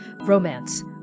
romance